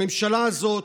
הממשלה הזאת,